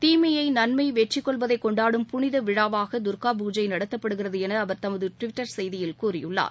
தீமையை நன்மை வெற்றி கொள்வதை கொண்டாடும் புனித விழாவாக தர்க்கா பூஜை நடத்தப்படுகிறது என அவர் தமது டுவிட்டர் செய்தியில் கூறியுள்ளார்